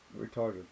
retarded